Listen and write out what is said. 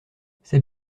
c’est